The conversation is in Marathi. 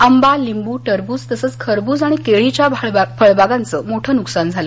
आंबा लिंबू टरबूज तसंच खरबूज आणि केळी च्या फळबागांचे मोठं नुकसान झाल